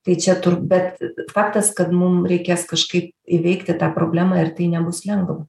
tai čia tur bet faktas kad mum reikės kažkaip įveikti tą problemą ir tai nebus lengva